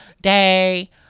day